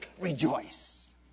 rejoice